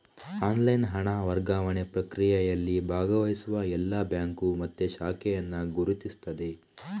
online ಹಣ ವರ್ಗಾವಣೆ ಪ್ರಕ್ರಿಯೆಯಲ್ಲಿ ಭಾಗವಹಿಸುವ ಎಲ್ಲಾ ಬ್ಯಾಂಕು ಮತ್ತೆ ಶಾಖೆಯನ್ನ ಗುರುತಿಸ್ತದೆ